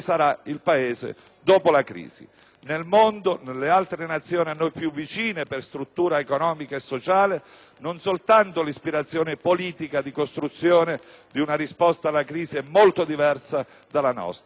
dopo la crisi. Nel mondo, nelle altre Nazioni a noi più vicine per struttura economica e sociale, non soltanto l'ispirazione politica di costruzione di una risposta alla crisi è molto diversa dalla nostra, ma la qualità